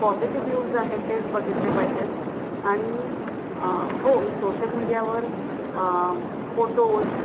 positive views आहेत तेच बघितले पाहिजेत आणि हो मी सोशल मीडियावर फोटोज